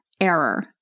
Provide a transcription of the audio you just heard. error